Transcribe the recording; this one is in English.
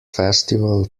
festival